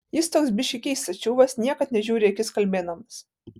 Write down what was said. jis toks biškį keistas čiuvas niekad nežiūri į akis kalbėdamas